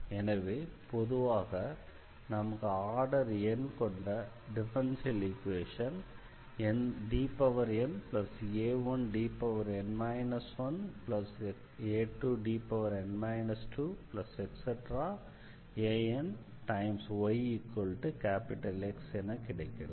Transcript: எனவே பொதுவாக நமக்கு ஆர்டர் n கொண்ட differential equation Dna1Dn 1a2Dn 2anyX கிடைக்கிறது